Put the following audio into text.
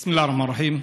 בסם אללה א-רחמאן א-רחים.